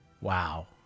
Wow